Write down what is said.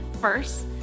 First